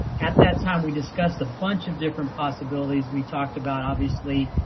at that time we discussed a bunch of different possibilities. we talked about obviously,